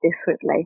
differently